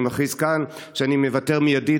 אני מכריז כאן שאני מוותר מיידית,